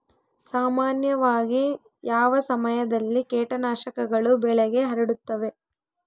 ಸಾಮಾನ್ಯವಾಗಿ ಯಾವ ಸಮಯದಲ್ಲಿ ಕೇಟನಾಶಕಗಳು ಬೆಳೆಗೆ ಹರಡುತ್ತವೆ?